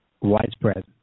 widespread